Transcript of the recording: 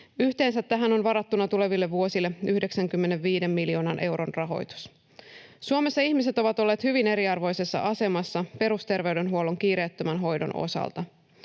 Yhteensä tähän on varattuna tuleville vuosille 95 miljoonan euron rahoitus. Suomessa ihmiset ovat olleet hyvin eriarvoisessa asemassa perusterveydenhuollon kiireettömän hoidon osalta.